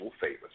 favors